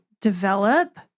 develop